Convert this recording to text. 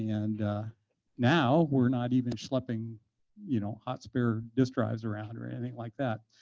and now we're not even schlepping you know hot spare disk drives around or anything like that.